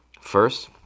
First